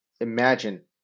imagine